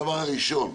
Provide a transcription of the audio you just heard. דבר ראשון,